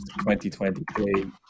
2023